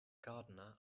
gardener